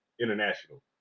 international